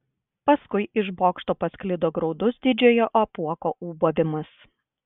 paskui iš bokšto pasklido graudus didžiojo apuoko ūbavimas